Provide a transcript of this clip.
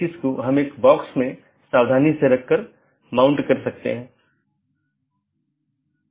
वास्तव में हमने इस बात पर थोड़ी चर्चा की कि विभिन्न प्रकार के BGP प्रारूप क्या हैं और यह अपडेट क्या है